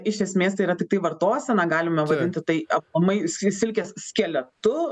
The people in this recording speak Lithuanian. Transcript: iš esmės tai yra tiktai vartosena galime vadinti tai aplamai si silkės skeletu